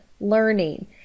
learning